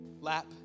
lap